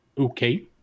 Okay